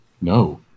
No